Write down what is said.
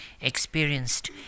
experienced